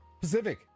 pacific